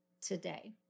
today